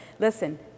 Listen